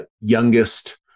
youngest